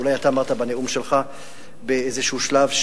אולי אתה אמרת בנאום שלך באיזה שלב,